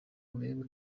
urebe